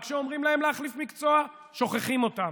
רק כשאומרים להם להחליף מקצוע, שוכחים אותם.